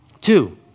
Two